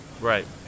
Right